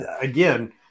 again